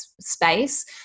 space